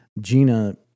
Gina